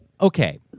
okay